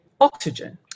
oxygen